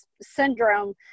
syndrome